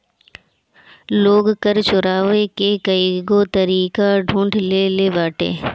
लोग कर चोरावे के कईगो तरीका ढूंढ ले लेले बाटे